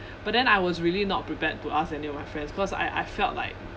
but then I was really not prepared to ask any of my friends because I I felt like